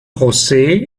josé